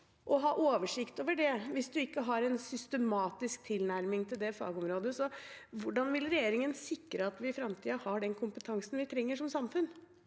å ha oversikt over det hvis man ikke har en systematisk tilnærming til det fagområdet. Hvordan vil regjeringen sikre at vi i framtiden har den kompetansen vi trenger som samfunn?